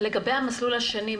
לגבי המסלול השני,